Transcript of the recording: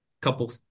couple